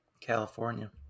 California